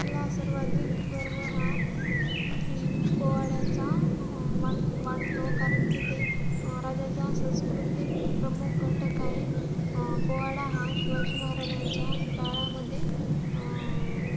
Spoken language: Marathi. मला सर्वाधिक गर्व हा पोवाड्याचा वा वाटतो कारण की ते राजाचा संस्कृतिक प्रमुक घटक आहे पोवाडा हा शिवाजी महाराजांच्या काळामध्ये